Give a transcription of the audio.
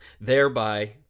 thereby